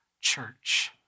church